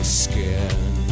skin